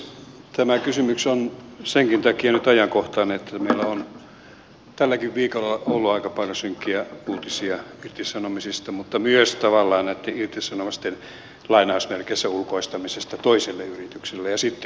tämä kysymys on senkin takia nyt ajankohtainen että meillä on tälläkin viikolla ollut aika paljon synkkiä uutisia irtisanomisista mutta myös tavallaan näitten irtisanomisten ulkoistamisesta toiselle yritykselle ja sitten on irtisanottu